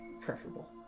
preferable